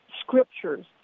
Scriptures